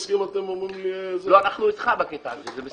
אנחנו אתך בקטע הזה.